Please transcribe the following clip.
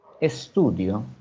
estudio